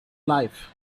life